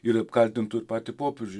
ir apkaltintų patį popiežių